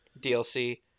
dlc